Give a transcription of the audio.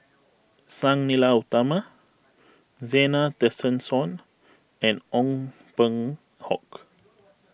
Sang Nila Utama Zena Tessensohn and Ong Peng Hock